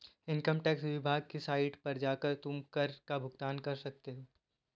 income tax विभाग की site पर जाकर तुम कर का भुगतान कर सकते हो